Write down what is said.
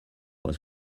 was